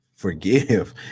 Forgive